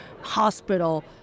hospital